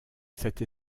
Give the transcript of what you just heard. cette